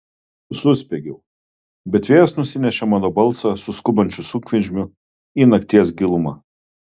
suspiegiau bet vėjas nusinešė mano balsą su skubančiu sunkvežimiu į nakties gilumą